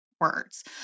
words